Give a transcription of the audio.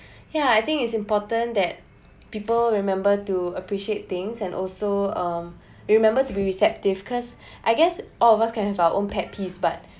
yeah I think it's important that people remember to appreciate things and also um remember to be receptive because I guess all of us can have our own pet peeve but